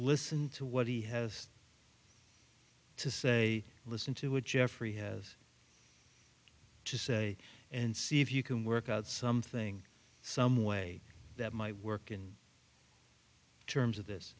listen to what he has to say listen to what geoffrey has to say and see if you can work out something some way that might work in terms of this